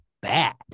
bad